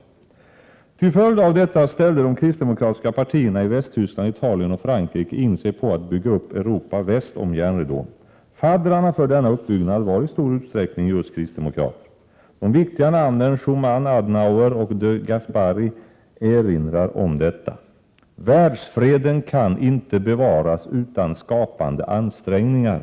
Till följd av detta ställde de kristdemokratiska partierna i Västtyskland, Italien och Frankrike in sig på att bygga upp Europa väst om järnridån. Faddrarna för denna uppbyggnad var i stor utsträckning just kristdemokraterna. De viktiga namnen Schuman, Adenauer och de Gasperi erinrar om detta. ”Världsfreden kan inte bevaras utan skapande ansträngningar”.